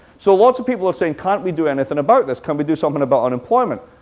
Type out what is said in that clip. so lots of people are saying, can't we do anything about this? can't we do something about unemployment?